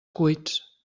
cuits